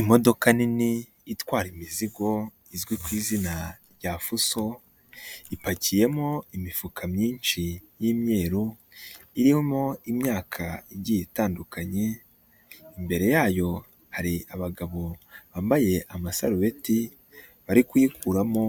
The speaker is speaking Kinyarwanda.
Imodoka nini itwara imizigo izwi ku izina rya fuso, ipakiyemo imifuka myinshi y'immyeru irimo imyaka igiye itandukanye, imbere yayo hari abagabo bambaye amasarubeti, bari kuyikuramo